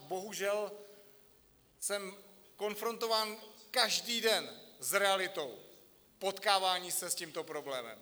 Bohužel jsem konfrontován každý den s realitou potkávání se s tímto problémem.